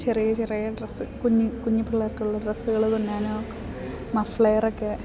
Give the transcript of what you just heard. ചെറിയ ചെറിയ ഡ്രസ്സ് കുഞ്ഞു കുഞ്ഞു പിള്ളേർക്കുള്ള ഡ്രസ്സുകള് തുന്നാൻ മഫ്ലെയർ ഒക്കെ